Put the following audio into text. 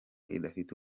idafite